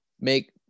make